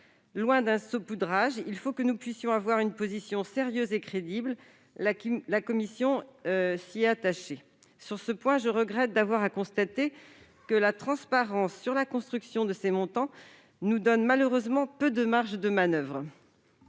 Loin d'un saupoudrage, il faut que nous puissions avoir une position sérieuse et crédible. La commission s'y est attachée. Sur ce point, je regrette d'avoir à constater que la transparence sur la construction de ces montants nous donne malheureusement peu de marge de manoeuvre.